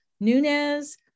Nunez